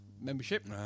membership